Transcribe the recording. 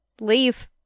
leave